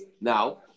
now